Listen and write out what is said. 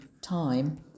time